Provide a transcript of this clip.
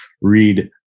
read